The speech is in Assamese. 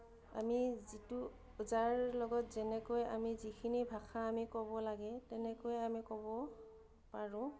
আমি যিটো যাৰ লগত যেনেকৈ আমি যিখিনি ভাষা আমি ক'ব লাগে তেনেকৈ আমি ক'ব পাৰোঁ